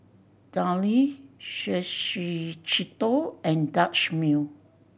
Downy Suavecito and Dutch Mill